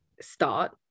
start